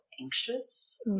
anxious